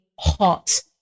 hot